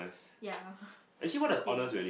ya cause they